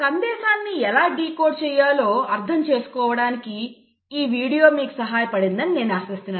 సందేశాన్ని ఎలా డీకోడ్ చేయాలో అర్థం చేసుకోవడానికి ఈ వీడియో మీకు సహాయపడిందని నేను ఆశిస్తున్నాను